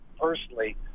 personally